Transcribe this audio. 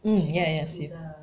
mm ya ya